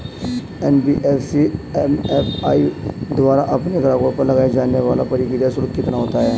NBFC MFI द्वारा अपने ग्राहकों पर लगाए जाने वाला प्रक्रिया शुल्क कितना होता है?